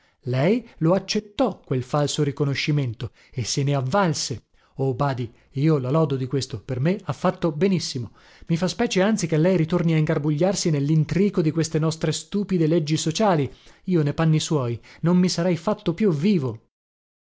lei lo accettò quel falso riconoscimento e se ne avvalse oh badi io la lodo di questo per me ha fatto benissimo i fa specie anzi che lei ritorni a ingarbugliarsi nellintrico di queste nostre stupide leggi sociali io ne panni suoi non mi sarei fatto più vivo